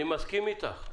אני מסכים אתך,